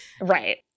right